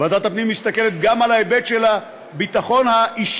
ועדת הפנים מסתכלת גם על ההיבט של הביטחון האישי,